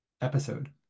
episode